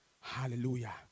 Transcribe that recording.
hallelujah